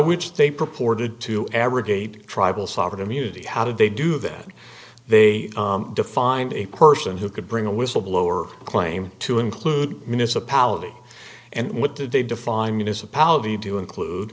which they purported to abrogate tribal sovereign immunity how did they do that they defined a person who could bring a whistleblower claim to include municipality and what did they define municipality to include